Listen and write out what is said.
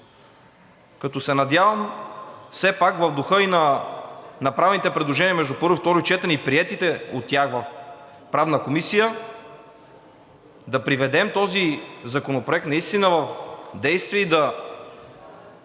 Като се надявам все пак в духа на направените предложения между първо и второ четене и приетите от тях в Правната комисия да приведем този законопроект в действие и да